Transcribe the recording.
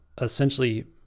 essentially